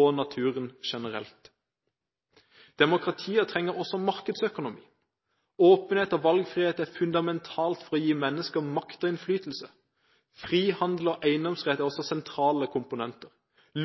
og naturen generelt. Demokratier trenger også markedsøkonomi. Åpenhet og valgfrihet er fundamentalt for å gi mennesker makt og innflytelse. Frihandel og eiendomsrett er også sentrale komponenter.